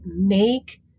make